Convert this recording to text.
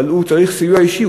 אבל הוא צריך סיוע אישי.